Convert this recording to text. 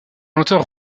auteur